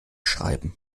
schreiben